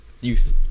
youth